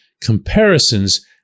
comparisons